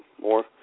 more